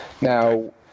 Now